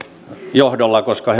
johdolla koska